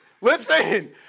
listen